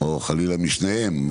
או חלילה משניהם,